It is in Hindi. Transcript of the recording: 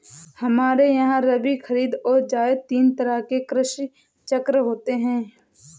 हमारे यहां रबी, खरीद और जायद तीन तरह के कृषि चक्र होते हैं